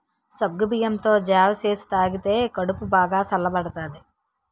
సగ్గుబియ్యంతో జావ సేసి తాగితే కడుపు బాగా సల్లబడతాది